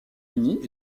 unis